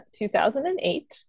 2008